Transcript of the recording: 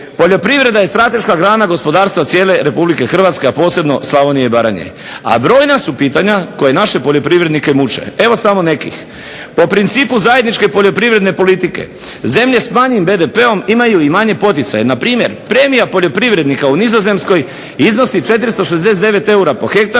Poljoprivreda je strateška grana gospodarstva cijele Republike Hrvatske, a posebno Slavonije i Baranje, a brojna su pitanja koja naše poljoprivrednike muče. Evo samo nekih. Po principu zajedničke poljoprivredne politike zemlje s manjim BDP-om imaju i manje poticaje. Na primjer, premija poljoprivrednika u Nizozemskoj iznosi 469 eura po hektoru,